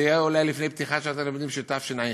זה יהיה אולי לפני פתיחת שנת הלימודים של תשע"ח.